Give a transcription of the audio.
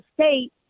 state